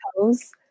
toes